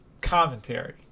commentary